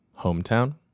Hometown